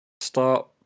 start